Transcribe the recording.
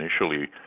initially